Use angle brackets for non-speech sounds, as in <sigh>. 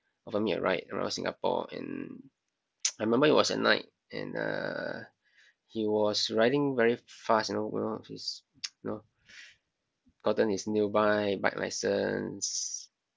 offer me a ride around Singapore and <noise> I remember it was at night and uh he was riding very fast you know going out with his <noise> you know gotten his new bike bike licence